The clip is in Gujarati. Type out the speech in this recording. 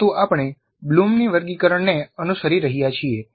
પરંતુ આપણે બ્લૂમની વર્ગીકરણને અનુસરી રહ્યા છીએ